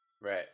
Right